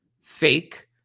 fake